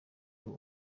uwo